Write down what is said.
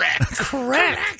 Correct